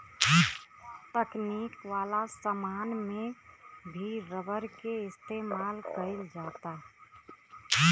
तकनीक वाला समान में भी रबर के इस्तमाल कईल जाता